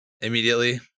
immediately